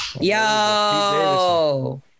Yo